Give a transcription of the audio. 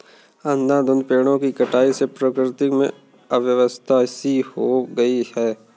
अंधाधुंध पेड़ों की कटाई से प्रकृति में अव्यवस्था सी हो गई है